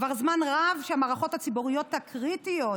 כבר זמן רב שהמערכות הציבוריות הקריטיות,